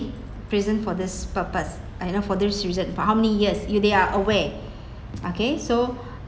prison for this purpose uh you know prison for this reason for how many years you they are aware okay so